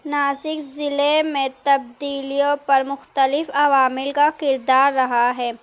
ناسک ضلعے میں تبدیلیوں پر مختلف عوامل کا کردار رہا ہے